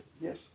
yes